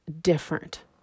different